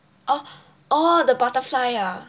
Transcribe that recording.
oh orh the butterfly ah